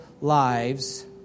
lives